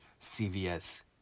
cvs